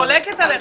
אני חולקת עליך.